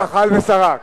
ללא כחל ושרק.